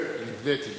רק בלי חיילים היא טסה.